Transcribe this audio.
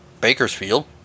Bakersfield